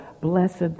blessed